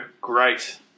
great